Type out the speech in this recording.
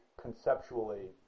conceptually